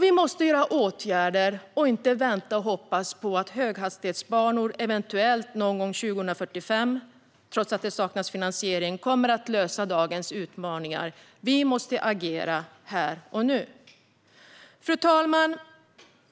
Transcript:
Vi måste vidta åtgärder och inte vänta och hoppas på att eventuella höghastighetsbanor någon gång kring 2045, trots att det saknas finansiering, kommer att lösa dagens utmaningar. Vi måste agera här och nu. Fru talman!